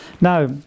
Now